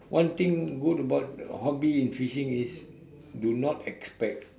one thing good about hobby in fishing is do not expect